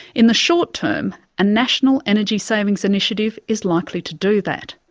in the short term, a national energy savings initiative is likely to do that.